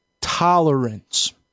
tolerance